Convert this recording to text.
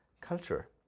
culture